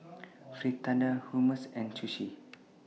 Fritada Hummus and Sushi